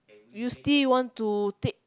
you still want to take